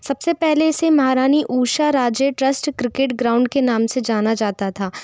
सबसे पहले इसे Maharani Usha Raje trust cricket ground के नाम से जाना जाता था